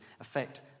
affect